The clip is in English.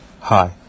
hi